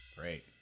Great